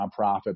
nonprofit